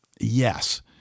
Yes